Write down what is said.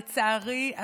לצערי,